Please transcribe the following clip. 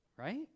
Right